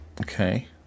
Okay